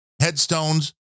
headstones